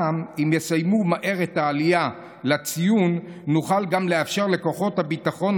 אם יסיימו מהר את העלייה לציון נוכל גם לאפשר לכוחות הביטחון